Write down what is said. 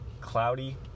cloudy